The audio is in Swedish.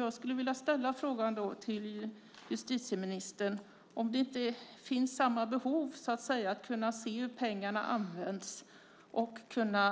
Jag skulle vilja ställa frågan till justitieministern om det inte finns samma behov av att kunna se hur pengarna används,